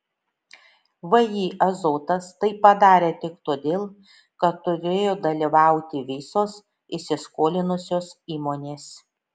vį azotas tai padarė tik todėl kad turėjo dalyvauti visos įsiskolinusios įmonės